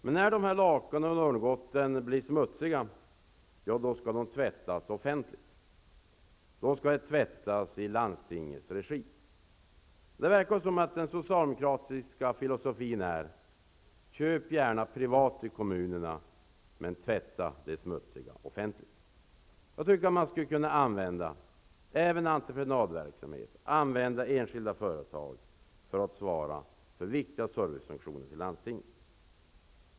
Men när lakanen och örngotten blir smutsiga skall de tvättas i offentlig regi, i landstingens regi. Det verkar som om den socialdemokratiska filosofin vore: Köp gärna privat i kommunerna men tvätta det smutsiga i offentlig regi! Jag tycker att man skulle kunna använda även entreprenadverksamhet, använda enskilda företag för att svara för viktiga servicefunktioner i landstinget.